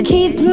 keep